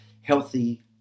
healthy